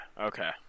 okay